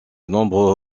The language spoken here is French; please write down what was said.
nombreux